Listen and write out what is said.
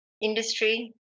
industry